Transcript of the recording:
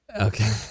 Okay